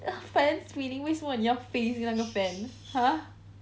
fans really 为什么你要飞进那个 fan !huh!